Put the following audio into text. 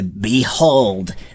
behold